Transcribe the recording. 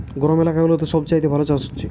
গরম এলাকা গুলাতে সব চাইতে ভালো চাষ হচ্ছে